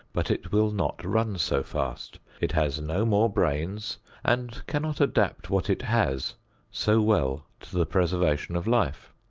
but it will not run so fast it has no more brains and cannot adapt what it has so well to the preservation of life.